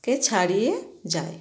কে ছাড়িয়ে যায়